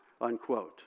unquote